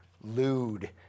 lewd